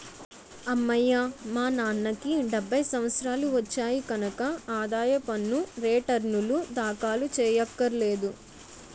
అమ్మయ్యా మా నాన్నకి డెబ్భై సంవత్సరాలు వచ్చాయి కనక ఆదాయ పన్ను రేటర్నులు దాఖలు చెయ్యక్కర్లేదు